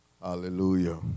Hallelujah